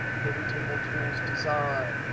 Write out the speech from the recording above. pivot table tools design,